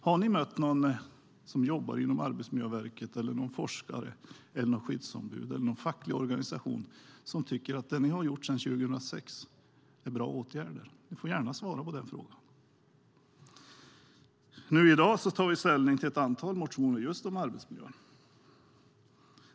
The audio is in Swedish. Har ni mött någon som jobbar inom Arbetsmiljöverket, någon forskare, något skyddsombud eller någon facklig organisation som tycker att det ni har gjort sedan 2006 är bra åtgärder? Ni får gärna svara på den frågan. I dag tar vi ställning till ett antal motioner om just arbetsmiljö.